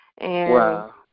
Wow